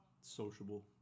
sociable